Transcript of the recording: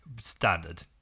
standard